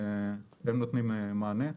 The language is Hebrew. הם נותנים מענה.